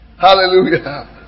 Hallelujah